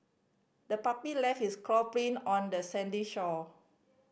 the puppy left its paw print on the sandy shore